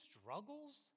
struggles